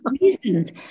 reasons